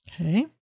Okay